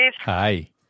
Hi